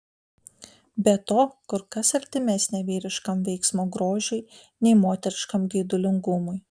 be to kur kas artimesnė vyriškam veiksmo grožiui nei moteriškam geidulingumui